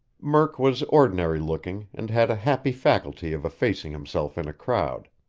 murk was ordinary-looking and had a happy faculty of effacing himself in a crowd.